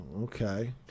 okay